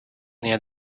near